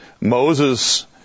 Moses